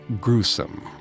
gruesome